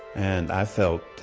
and i felt